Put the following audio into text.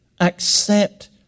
Accept